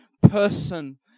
person